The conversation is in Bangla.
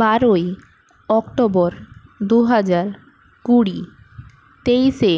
বারোই অক্টোবর দু হাজার কুড়ি তেইশে